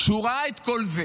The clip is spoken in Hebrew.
הוא ראה את כל זה,